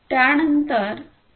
त्यानंतर 802